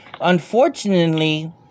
Unfortunately